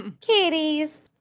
Kitties